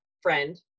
friend